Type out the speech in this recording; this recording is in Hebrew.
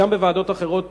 וגם בוועדות אחרות,